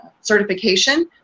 certification